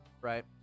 Right